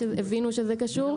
שהבינו שזה קשור.